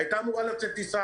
הייתה אמורה לצאת טיסה,